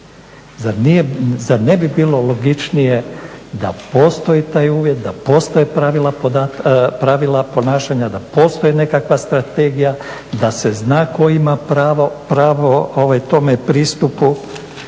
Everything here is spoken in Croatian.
Zar ne bi bilo logičnije da postoji taj uvjet, da postoje pravila ponašanja, da postoji nekakva strategija, da se zna tko ima pravo tom pristupu?